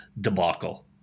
debacle